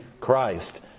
Christ